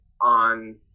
on